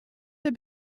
have